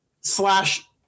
slash